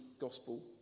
gospel